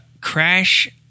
crash